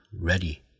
ready